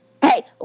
Hey